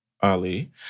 Ali